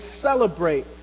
celebrate